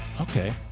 Okay